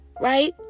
right